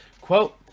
Quote